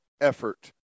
effort